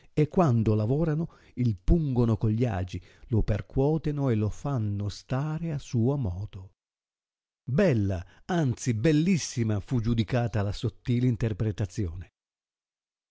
e quando lavorano il pungono con gli agi lo percuoteno e lo fanno stare a suo modo bella anzi bellissima fu giudicata la sottil interpretazione